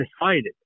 decided